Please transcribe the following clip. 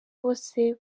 bose